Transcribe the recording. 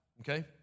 Okay